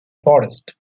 forest